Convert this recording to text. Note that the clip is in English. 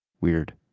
Weird